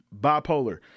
bipolar